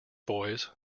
boys